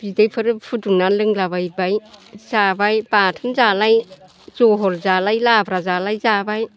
बिदैफोर फुदुंनानै लोंलाबायबाय जाबाय बाथोन जालाय जहल जालाय लाब्रा जालाय जाबाय